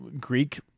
Greek